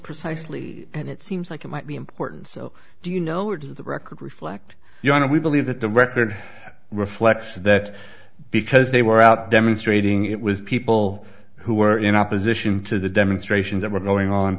precisely and it seems like it might be important so do you know or does the record reflect your honor we believe that the record reflects that because they were out demonstrating it was people who were in opposition to the demonstrations that were going on